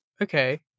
Okay